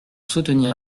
soutenir